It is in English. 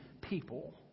people